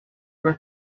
were